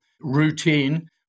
routine